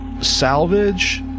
salvage